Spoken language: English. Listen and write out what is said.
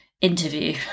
interview